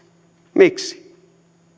miksi